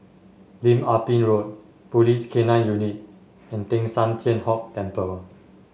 Lim Ah Pin Road Police K Nine Unit and Teng San Tian Hock Temple